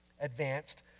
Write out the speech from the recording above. advanced